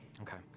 Okay